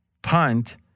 Punt